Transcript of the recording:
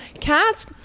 Cats